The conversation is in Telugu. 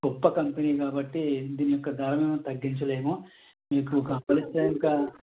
గొప్ప కంపెనీ కాబట్టి దీని యొక్క ధరను తగ్గించలేము మీకు కావలిస్తే ఇంకా